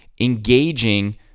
engaging